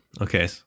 Okay